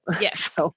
Yes